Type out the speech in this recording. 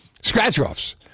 Scratch-offs